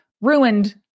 ruined